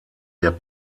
der